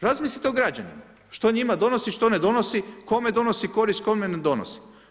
Razmislite o građanima što njima donosi, što ne donosi, kome donosi korist, kome ne donosi.